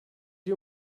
you